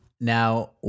now